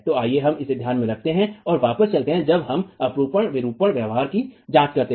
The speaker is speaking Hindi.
तो आइए हम इसे ध्यान में रखते हैं और वापसी चलते है जब हम अपरूपण विरूपण व्यवहार की जांच करते हैं